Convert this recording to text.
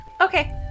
okay